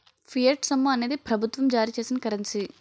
fiat సొమ్ము అనేది ప్రభుత్వం జారీ చేసిన కరెన్సీ